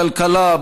בכלכלה,